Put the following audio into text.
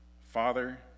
Father